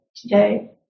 today